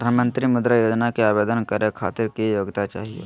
प्रधानमंत्री मुद्रा योजना के आवेदन करै खातिर की योग्यता चाहियो?